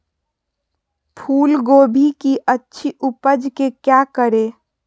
फूलगोभी की अच्छी उपज के क्या करे?